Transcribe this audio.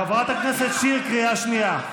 חברת הכנסת מיכל שיר, קריאה ראשונה.